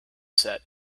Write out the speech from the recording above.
set